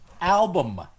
album